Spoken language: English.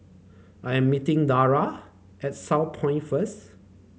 I am meeting Darell at Southpoint first